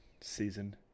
season